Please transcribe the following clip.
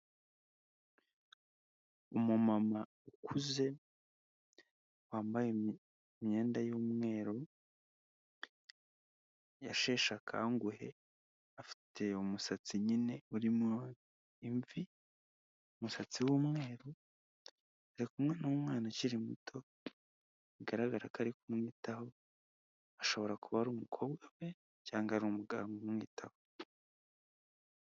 Umu mama ukuze wambaye imyenda y'umweru yasheshe akanguhe, afite umusatsi nyine urimo imvi umusatsi w'umweru, ari kumwe n'umwana ukiri muto bigaragara ko ari kumwitaho ashobora kuba ari umukobwa we cyangwa ari umuganga umwitaho.